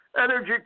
energy